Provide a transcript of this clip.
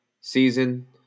season